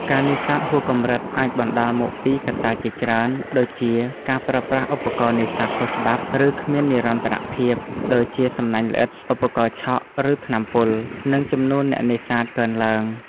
ការនេសាទហួសកម្រិតអាចបណ្ដាលមកពីកត្តាជាច្រើន ដូចជាការប្រើប្រាស់ឧបករណ៍នេសាទខុសច្បាប់ ឬគ្មាននិរន្តរភាព ដូចជាសំណាញ់ល្អិត ឧបករណ៍ឆក់ ឬថ្នាំពុល និងចំនួនអ្នកនេសាទកើនឡើង។